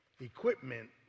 equipment